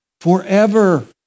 forever